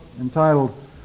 entitled